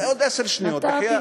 שנייה, שנייה, עוד עשר שניות, בחייאת.